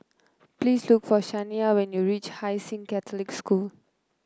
please look for Shaniya when you reach Hai Sing Catholic School